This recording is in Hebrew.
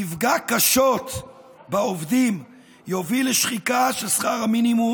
יפגע קשות בעובדים ויוביל לשחיקה של שכר המינימום